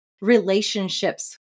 relationships